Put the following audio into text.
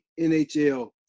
NHL